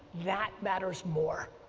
that matters more,